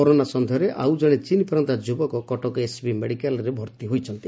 corona ସନ୍ଦେହରେ ଆଉ ଜଣେ ଚୀନ୍ ଫେରନ୍ତା ଯୁବକ କଟକ ଏସ୍ସିବି ମେଡିକାଲ୍ରେ ଭର୍ଉ ହୋଇଛନ୍ତି